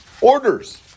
orders